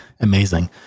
amazing